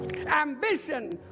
ambition